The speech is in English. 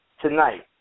Tonight